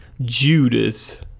Judas